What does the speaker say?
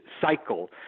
cycle